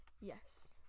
Yes